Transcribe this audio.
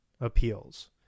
appeals